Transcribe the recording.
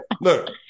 Look